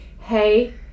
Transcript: hey